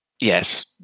Yes